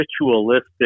ritualistic